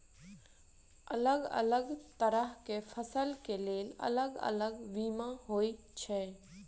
अलग अलग तरह केँ फसल केँ लेल अलग अलग बीमा होइ छै?